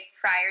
prior